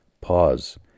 Pause